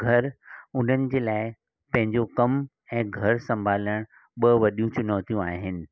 घर उन्हनि लाइ पंहिंजो कमु ऐं घर संभालणु ॿ वॾियूं चुनौतियूं आहिनि